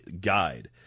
guide